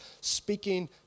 speaking